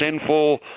sinful